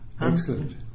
Excellent